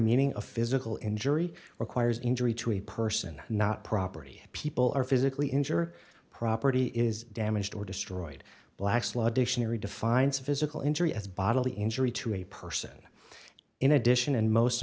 meaning of physical injury requires injury to a person not property people are physically injure property is damaged or destroyed black's law dictionary defines physical injury as bodily injury to a person in addition and most